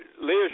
Liz